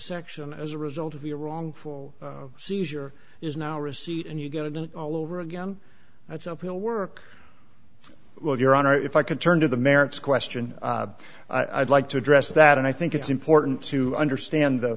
section as a result of your wrongful seizure is no receipt and you get to do it all over again that's uphill work well your honor if i could turn to the merits question i'd like to address that and i think it's important to understand the